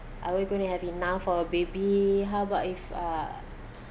are we going to have enough for a baby how about if uh